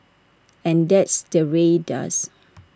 and that's the Rae does